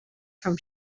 from